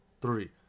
Three